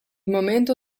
momento